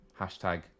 hashtag